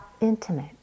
intimate